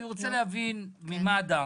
אני רוצה להבין ממד"א